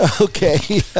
Okay